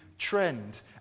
trend